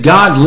God